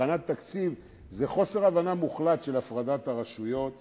בהכנת תקציב זה חוסר הבנה מוחלט של הפרדת הרשויות.